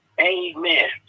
Amen